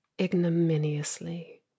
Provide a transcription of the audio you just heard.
ignominiously